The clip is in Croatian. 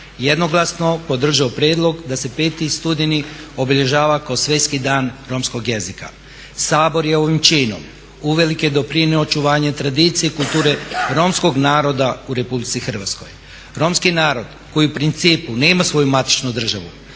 jednoglasno podržao prijedlog da se 5. studeni obilježava kao Svjetski dan romskog jezika. Sabor je ovim činom uvelike doprinio očuvanju tradicije i kulture romskog naroda u RH. Romski narod koji u principu nema svoju matičnu državu,